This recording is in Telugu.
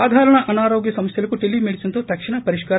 సాధారణ అనారోగ్య సమస్యలకు టెలీ మెడిసిన్ తో తక్షణ పరిష్కారం